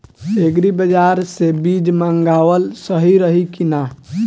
Agri बाज़ार से बीज मंगावल सही रही की ना?